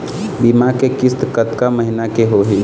बीमा के किस्त कतका महीना के होही?